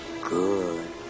good